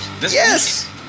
Yes